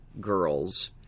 girls